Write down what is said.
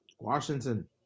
Washington